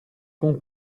con